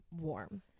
warm